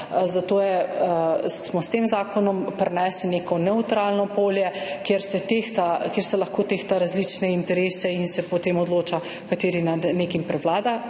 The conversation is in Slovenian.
zato smo s tem zakonom prinesli neko nevtralno polje, kjer se lahko tehta različne interese in se potem odloča, kateri prevlada